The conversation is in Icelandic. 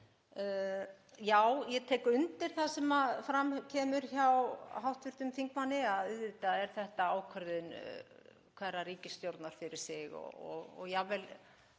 Ég tek undir það sem fram kemur hjá hv. þingmanni að auðvitað er þetta ákvörðun hverrar ríkisstjórnar fyrir sig og jafnvel